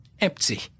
empty